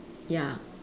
ya